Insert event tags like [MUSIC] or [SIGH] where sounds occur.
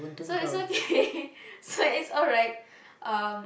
so it's okay [LAUGHS] so it's alright um